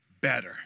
better